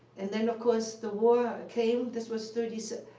and then of course, the war came. this was thirty s.